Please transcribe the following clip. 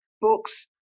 books